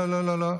לא, לא.